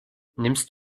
nimmst